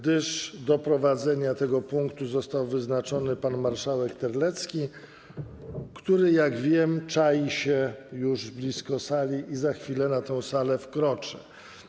Do prowadzenia tego punktu został wyznaczony pan marszałek Terlecki, który, jak wiem, czai się blisko sali i za chwilę na tę salę wkroczy.